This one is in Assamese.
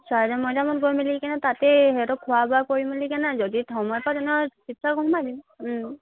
চৰাইদেউ মৈদামত গৈ মেলিকেনে তাতেই সিহঁতে খোৱা বোৱা কৰি মেলি কেনে যদি সময় পোৱা তেনেহ'লে শিৱসাগৰত সোমাই দিম ওম